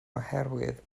oherwydd